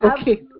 Okay